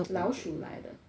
老鼠来的